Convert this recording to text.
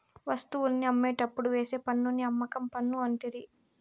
వస్తువుల్ని అమ్మేటప్పుడు వేసే పన్నుని అమ్మకం పన్ను అంటిరి